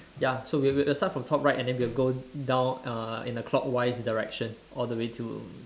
ya so we'll we'll start from top right and then we'll go down uh in a clockwise direction all the way to